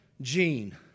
gene